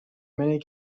many